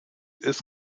ist